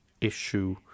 issue